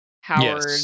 Howard